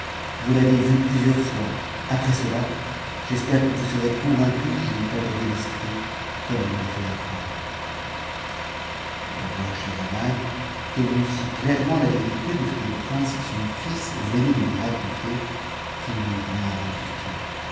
vous l'avez vue plusieurs fois après cela j'espère que vous serez convaincu que je n'ai pas po'd l'esprit comme on vous l'a fait accroire le roi schahzaman connut si clairement la vérité de ce que le prince son fils venait de lui raconter qu'il n'eut rien à répliquer